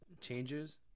Changes